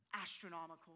astronomical